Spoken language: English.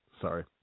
Sorry